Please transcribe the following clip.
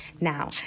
Now